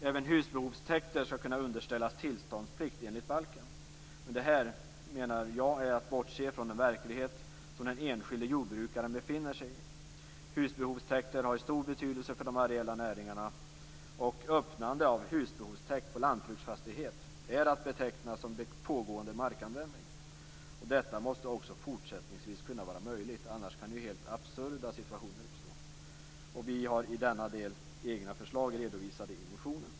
Även husbehovstäkter skall kunna underställas tillståndsplikt enligt balken. Detta menar jag är att bortse från den verklighet som den enskilde jordbrukaren befinner sig i. Husbehovstäkter har stor betydelse för de areella näringarna. Öppnande av husbehovstäkt på lantbruksfastighet är att beteckna som pågående markanvändning. Detta måste också fortsättningsvis vara möjligt. Annars kan helt absurda situationer uppstå. Vi har i denna del egna förslag redovisade i motionen.